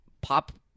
pop